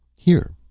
here,